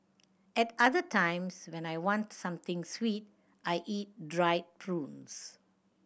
at other times when I want something sweet I eat dried prunes